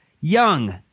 young